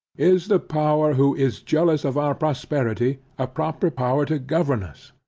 is the power who is jealous of our prosperity, a proper power to govern us?